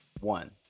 One